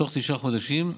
בתוך תשעה חודשים,